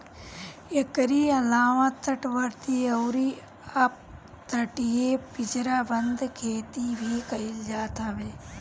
एकरी अलावा तटवर्ती अउरी अपतटीय पिंजराबंद खेती भी कईल जात हवे